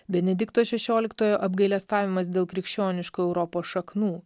benedikto šešioliktojo apgailestavimas dėl krikščioniškų europos šaknų